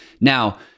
Now